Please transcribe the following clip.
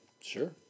Sure